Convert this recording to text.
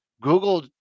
Google